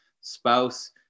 spouse